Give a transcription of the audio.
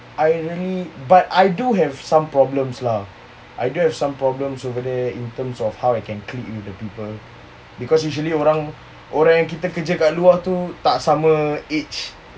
irony but I do have some problems lah I do have some problems over there in terms of how I can click with the people because usually orang-orang yang kita kerja kat luar tu tak sama age